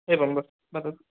एवं